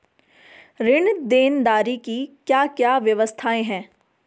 ऋण देनदारी की क्या क्या व्यवस्थाएँ हैं?